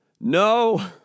No